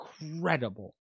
incredible